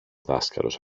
δάσκαλος